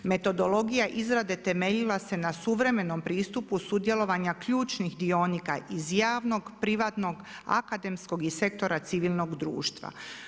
Metodologija izrade temeljila se na suvremenom pristupu sudjelovanja ključnih dionika iz javnog, privatnog, akademskog i sektora civilnog društva.